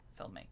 filmmaking